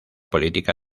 política